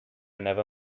never